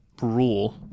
rule